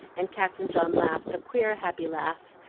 and captain john laughed a queer, happy laugh,